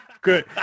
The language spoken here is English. Good